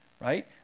Right